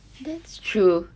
that's true